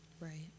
Right